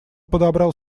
подобрал